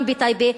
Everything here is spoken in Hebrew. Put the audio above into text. גם בטייבה,